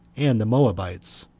and the moabites,